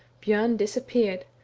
bjom disappeared,